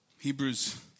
Hebrews